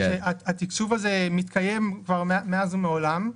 התקצוב הזה מתקיים מאז ומעולם,